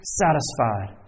satisfied